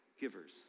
givers